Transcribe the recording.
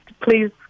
please